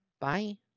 bye